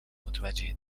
متوجه